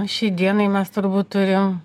šiai dienai mes turbūt turim